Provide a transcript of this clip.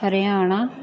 Haryana